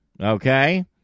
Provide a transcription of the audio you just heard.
Okay